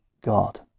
God